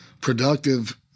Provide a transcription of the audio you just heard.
productive